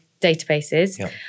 databases